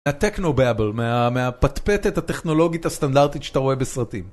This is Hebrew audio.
הטכנו באבל מהפטפטת הטכנולוגית הסטנדרטית שאתה רואה בסרטים.